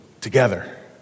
together